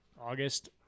August